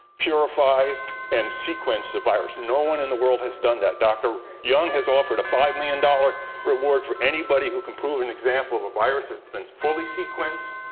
purified and sequence the virus. no one in the world has done that. dr. young has offered a five million dollars reward for anybody who can prove an example of a virus has but fully sequenced,